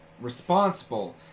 responsible